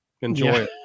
Enjoy